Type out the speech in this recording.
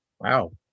Wow